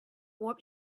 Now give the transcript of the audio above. warp